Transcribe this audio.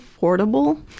affordable